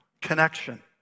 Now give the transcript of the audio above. connection